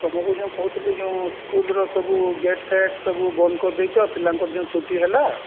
ତୁମକୁ ଯେଉଁ କହୁଥିଲି ଯେଉଁ ସ୍କୁଲ୍ ର ସବୁ ଗେଟ୍ଫେଟ୍ ସବୁ ବନ୍ଦ କରିଦେଇଛ ପିଲାଙ୍କର ଯେଉଁ ଛୁଟି ହେଲା